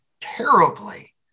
terribly